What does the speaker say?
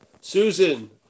Susan